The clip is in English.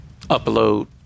upload